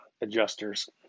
adjusters